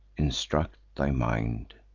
instruct thy mind,